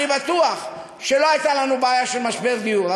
אני בטוח שלא הייתה לנו בעיה של משבר דיור.